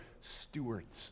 Stewards